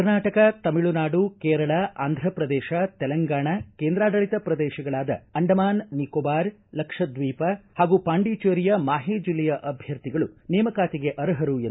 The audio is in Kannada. ಕರ್ನಾಟಕ ತಮಿಳುನಾಡು ಕೇರಳ ಆಂಧ್ರಪ್ರದೇಶ ತೆಲಂಗಾಣ ಕೇಂದ್ರಾಡಳಿತ ಪ್ರದೇಶಗಳಾದ ಅಂಡಮಾನ್ ನಿಕೋಬಾರ್ ಲಕ್ಷದ್ವೀಪ ಹಾಗೂ ಪಾಂಡಿಚೇರಿಯ ಮಾಹೆ ಜಿಲ್ಲೆಯ ಅಭ್ವರ್ಧಿಗಳು ನೇಮಕಾತಿಗೆ ಅರ್ಹರು ಎಂದು ತಿಳಿಸಿದರು